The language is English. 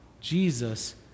Jesus